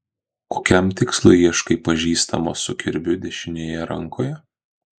kokiam tikslui ieškai pažįstamo su kirviu dešinėje rankoje